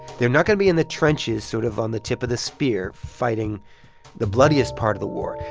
they're not going to be in the trenches sort of on the tip of the spear fighting the bloodiest part of the war,